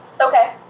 Okay